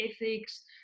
ethics